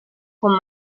con